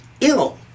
ill